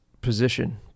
position